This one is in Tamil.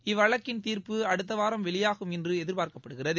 இவ்வழக்கின் தீர்ப்பு அடுத்தவாரம் வெளியாகும் என்று எதிர்பார்க்கப்படுகிறது